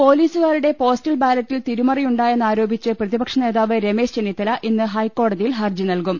പൊലീസുകാരുടെ പോസ്റ്റൽ ബാലറ്റിൽ തിരിമറിയുണ്ടാ യെന്നാരോപിച്ച് പ്രതിപക്ഷനേതാവ് രമേശ് ചെന്നിത്തല ഇന്ന് ഹൈക്കോടതിയിൽ ഹർജി നൽകും